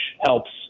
helps